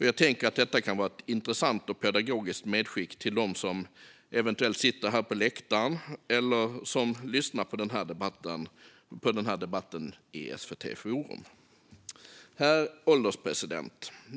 Jag tänker att detta kan vara ett intressant och pedagogiskt medskick till dem som eventuellt sitter på läktaren och lyssnar eller till dem som lyssnar på denna debatt på SVT Forum. Herr ålderspresident!